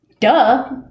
duh